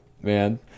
man